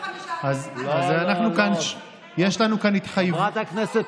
יש לנו כאן התחייבות,